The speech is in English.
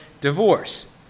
divorce